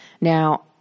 Now